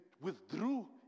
withdrew